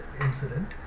incident